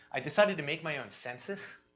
i decided to make my own census,